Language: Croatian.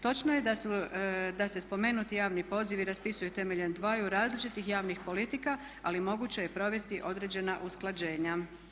Točno je da se spomenuti javni pozivi raspisuju temeljem dvaju različitih javnih politika, ali moguće je provesti određena usklađenja.